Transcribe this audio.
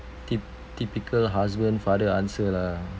typ~ typical husband father answer lah